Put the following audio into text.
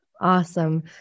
Awesome